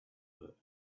her